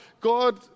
God